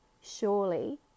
surely